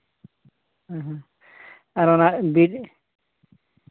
ᱦᱮᱸ ᱦᱮᱸ ᱟᱨ ᱚᱱᱟ ᱵᱤᱞ